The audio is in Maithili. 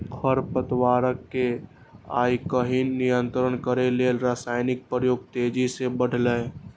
खरपतवार कें आइकाल्हि नियंत्रित करै लेल रसायनक प्रयोग तेजी सं बढ़लैए